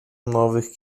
nowych